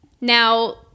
Now